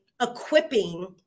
equipping